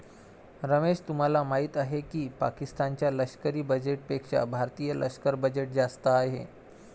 रमेश तुम्हाला माहिती आहे की पाकिस्तान च्या लष्करी बजेटपेक्षा भारतीय लष्करी बजेट जास्त आहे